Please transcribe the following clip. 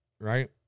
Right